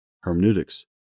hermeneutics